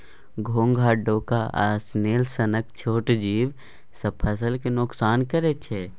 घोघा, डोका आ स्नेल सनक छोट जीब सब फसल केँ नोकसान करय छै